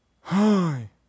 hi